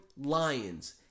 Lions